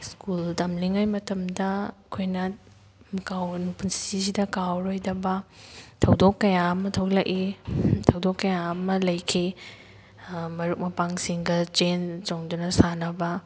school ꯇꯝꯂꯤꯉꯩ ꯃꯇꯝꯗ ꯑꯩꯈꯣꯏꯅ ꯀꯥꯎ ꯄꯨꯟꯁꯤꯁꯤꯗ ꯀꯥꯎꯔꯔꯣꯏꯗꯕ ꯊꯧꯗꯣꯛ ꯀꯌꯥ ꯑꯃ ꯊꯣꯛꯂꯛꯏ ꯊꯧꯗꯣꯛ ꯀꯌꯥ ꯑꯃ ꯂꯩꯈꯤ ꯃꯔꯨꯞ ꯃꯄꯥꯡꯁꯤꯡꯗ ꯆꯦꯟ ꯆꯣꯡꯗꯨꯅ ꯁꯥꯟꯅꯕ